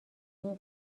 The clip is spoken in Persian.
این